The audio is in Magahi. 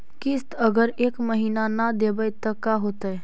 किस्त अगर एक महीना न देबै त का होतै?